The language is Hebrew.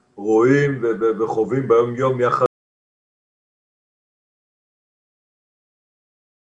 רואים וחווים ביום יום יחד עם בני הנוער כשאנחנו נפגשים איתם בבתים ובכל